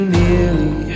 nearly